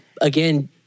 again